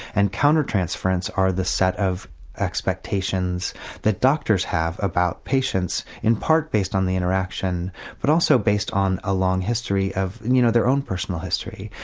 and counter-transference is the set of expectations that doctors have about patients in part based on the interaction but also based on a long history of you know, their own personal history.